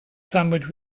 sandwich